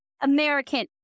American